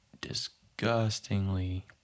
disgustingly